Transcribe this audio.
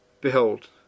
behold